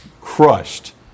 crushed